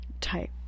type